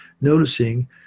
noticing